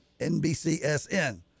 nbcsn